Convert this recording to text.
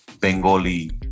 Bengali